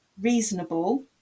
reasonable